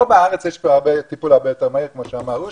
פה בארץ יש טיפול הרבה יותר מהיר כמו שאמר אושי,